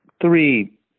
three